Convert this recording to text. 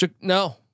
No